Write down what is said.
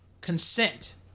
consent